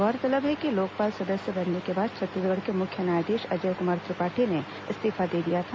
गौरतलब है कि लोकपाल सदस्य बनने के बाद छत्तीसगढ़ के मुख्य न्यायाधीश अजय कुमार त्रिपाठी ने इस्तीफा दे दिया था